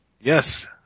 Yes